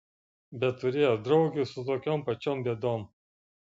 bet turėjo draugių su tokiom pačiom bėdom